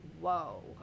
whoa